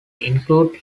include